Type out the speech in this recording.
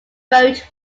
wrote